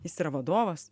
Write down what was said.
jis yra vadovas